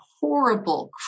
horrible